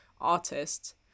artist